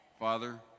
Father